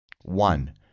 One